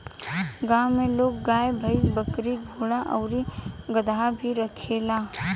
गांव में लोग गाय, भइस, बकरी, घोड़ा आउर गदहा भी रखेला